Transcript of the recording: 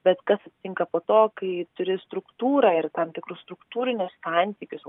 bet kas atsitinka po to kai turi struktūrą ir tam tikrus struktūrinius santykius